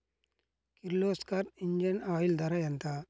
Kirloskar engine oil ధర ఎంత?